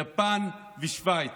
יפן ושווייץ.